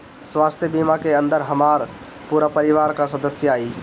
स्वास्थ्य बीमा के अंदर हमार पूरा परिवार का सदस्य आई?